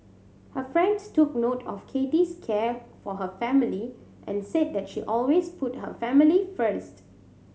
her friends took note of Kathy's care for her family and said that she always put her family first